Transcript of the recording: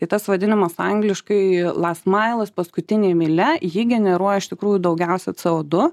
tai tas vadinamas angliškai las mailas paskutinė mylia ji generuoja iš tikrųjų daugiausiai c o du